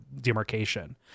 demarcation